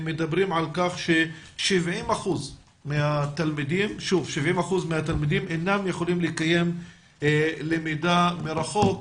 ש-70% מהתלמידים אינם יכולים לקיים למידה מרחוק.